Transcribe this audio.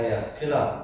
too noisy lah